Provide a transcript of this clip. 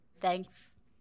Thanks